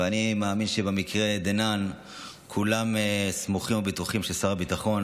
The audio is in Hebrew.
אני מאמין שבמקרה דנן כולם סמוכים ובטוחים ששר הביטחון,